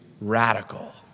radical